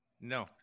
No